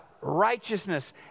righteousness